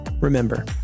Remember